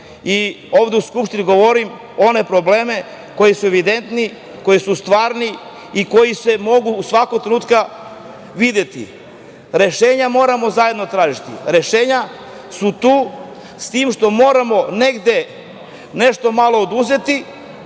i ovde u Skupštini govorim one problem koji su evidentni, koji su stvarni i koji se mogu u svakog trenutka videti. Rešenja moramo zajedno tražiti, rešenja su tu, s tim što moramo negde nešto malo oduzeti,